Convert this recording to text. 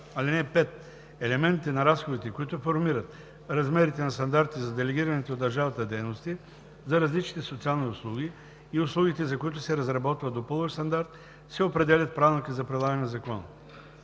(5) Елементите на разходите, които формират размерите на стандартите за делегираните от държавата дейности за различните социални услуги и услугите, за които се разработва допълващ стандарт, се определят в правилника за прилагане на закона.